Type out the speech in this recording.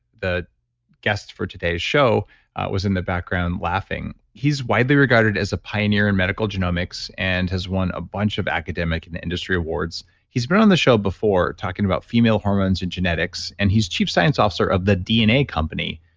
the guest for today's show was in the background laughing. he's widely regarded as a pioneer in medical genomics, and has won a bunch of academic and industry awards. he's been on the show before talking about female hormones and genetics. and he's chief science officer of the dna company,